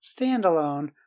standalone